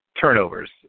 turnovers